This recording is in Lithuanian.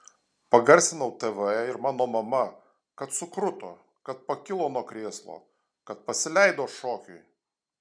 pagarsinau tv ir mano mama kad sukruto kad pakilo nuo krėslo kad pasileido šokiui